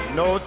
no